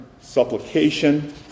supplication